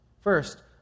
First